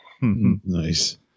Nice